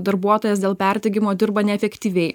darbuotojas dėl perdegimo dirba neefektyviai